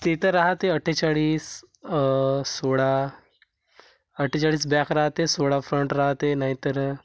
ते तर राहते अठ्ठेचाळीस सोळा अठ्ठेचाळीस ब्याक राहते सोळा फ्रंट राहते नाहीतर